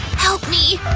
help me!